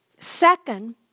Second